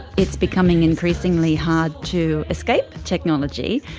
it's becoming increasingly hard to escape technology,